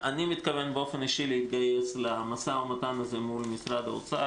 אני מתכוון להתגייס באופן אישי למשא ומתן הזה מול האוצר